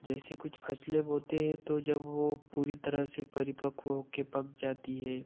जैसी कुछ फसलें बोते हैं तो जब वो पूरी तरह से परिपक्व होकर पक जाती हैं